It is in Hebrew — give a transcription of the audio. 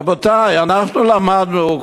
רבותי, אנחנו למדנו,